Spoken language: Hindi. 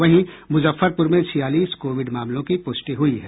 वहीं मुजफ्फरपुर में छियालीस कोविड मामलों की पुष्टि हुई है